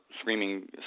screaming